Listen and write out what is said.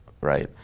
right